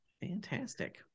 fantastic